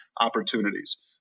opportunities